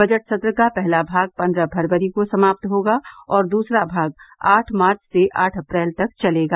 budget सत्र का पहला भाग पन्द्रह फरवरी को समाप्त होगा और दूसरा भाग आठ मार्च से आठ अप्रैल तक चलेगा